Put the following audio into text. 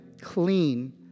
clean